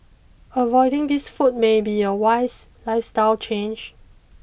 avoiding these foods may be a wise lifestyle change